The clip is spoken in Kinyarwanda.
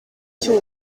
cy’u